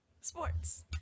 sports